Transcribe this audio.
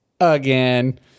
again